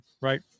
right